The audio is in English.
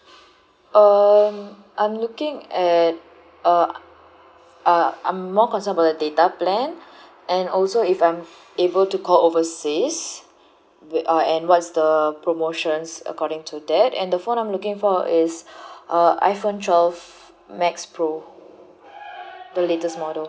um I'm looking at uh uh I'm more concerned about the data plan and also if I'm able to call overseas uh and what is the promotions according to that and the phone I'm looking for is uh iphone twelve max pro the latest model